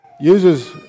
uses